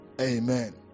Amen